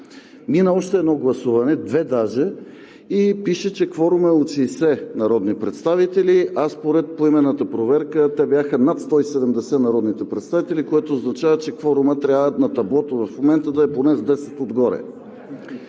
мина още едно гласуване, две даже, и пише, че кворумът е от 60 народни представители, а според поименната проверка те бяха над 170 народните представители. Това означава, че на таблото в момента кворумът трябва